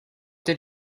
did